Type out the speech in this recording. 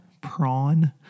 Prawn